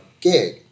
gig